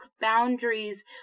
boundaries